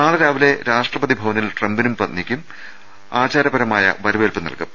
നാളെ രാവിലെ രാഷ്ട്രപതി ഭവനിൽ ട്രംപിനും പത്നിക്കും ആചാരപര മായ വരവേൽപ്പ് നൽകും